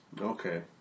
Okay